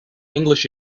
english